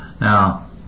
Now